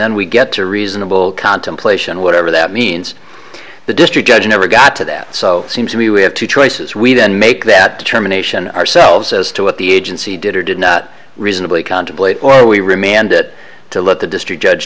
then we get to reasonable contemplation whatever that means the district judge never got to that so seems to me we have two choices we didn't make that determination ourselves as to what the agency did or did not reasonably contemplate or we remand it to let the district judge